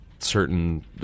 certain